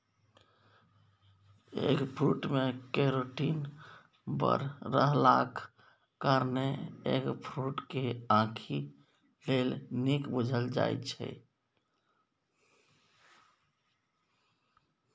eggfruit मे carotene बड़ रहलाक कारणेँ एगफ्रुट केँ आंखि लेल नीक बुझल जाइ छै